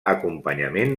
acompanyament